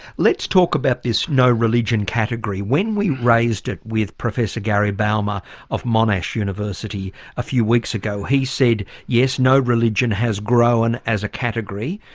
let's talk about this no-religion category. when we raised it with professor gary bouma of monash university a few weeks ago he said, yes, no-religion has grown as a category,